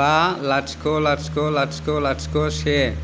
बा लाथिख' लाथिख' लाथिख' लाथिख' से